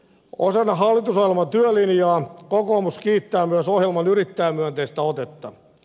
osana hallitusohjelman työlinjaa kokoomus kiittää myös ohjelman yrittäjämyönteistä otetta